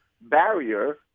barrier